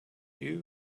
you